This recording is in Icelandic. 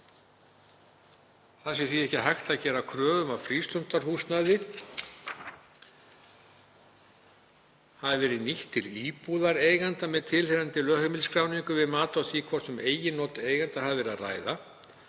Það sé því ekki hægt að gera kröfu um að frístundahúsnæði hafi verið nýtt til íbúðar eiganda með tilheyrandi lögheimilisskráningu við mat á því hvort um eigin not eigenda hafi verið að ræða.